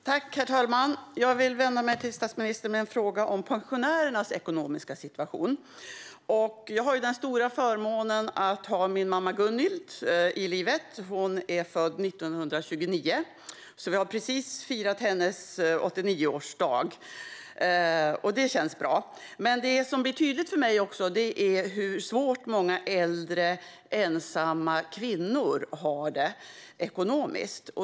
Herr talman! Jag vill vända mig till statsministern med en fråga om pensionärernas ekonomiska situation. Jag har den stora förmånen att ha min mamma Gunhild i livet. Hon är född 1929, och vi har precis firat hennes 89-årsdag. Det känns bra. Men det är tydligt för mig hur svårt många äldre ensamma kvinnor har det ekonomiskt.